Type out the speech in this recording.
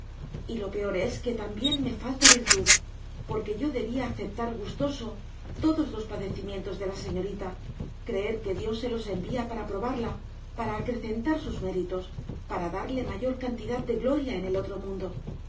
y lo peor es que también me falta virtud porque yo debía aceptar gustoso todos los padecimientos de la señorita creer que dios se los envía para probarla para acrecentar sus méritos para darle mayor cantidad de gloria en el otro mundo